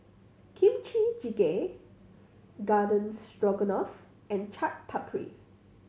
Kimchi Jjigae Garden Stroganoff and Chaat Papri